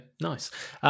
nice